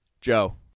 Joe